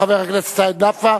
חבר הכנסת סעיד נפאע.